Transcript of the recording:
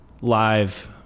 live